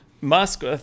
Musk